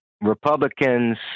Republicans